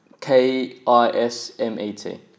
K-I-S-M-E-T